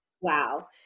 wow